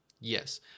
Yes